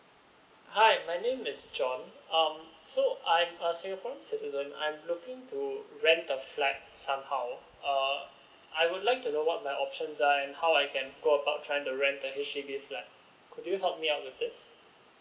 hi my name is john um so I'm a singaporean citizen I'm looking to rent a flat somehow uh I would like to know what my options uh and how I can go about trying to rent the H_D_B flat could you help me out with this